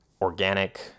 organic